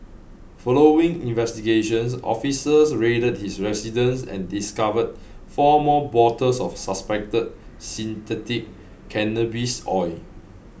following investigations officers raided his residence and discovered four more bottles of suspected synthetic cannabis oil